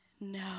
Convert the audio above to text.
no